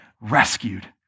rescued